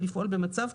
ולפעול במצב,